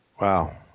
Wow